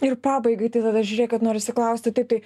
ir pabaigai tada žiūrėkit norisi klausti taip tai